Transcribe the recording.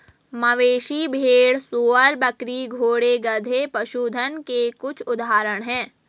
मवेशी, भेड़, सूअर, बकरी, घोड़े, गधे, पशुधन के कुछ उदाहरण हैं